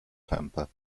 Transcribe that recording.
temper